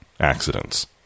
accidents